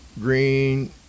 green